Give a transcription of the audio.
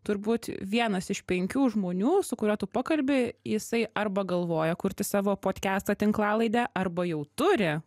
turbūt vienas iš penkių žmonių su kuriuo tu pakalbi jisai arba galvoja kurti savo podkestą tinklalaidę arba jau turi